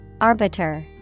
Arbiter